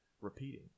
repeating